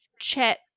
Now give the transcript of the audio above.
chat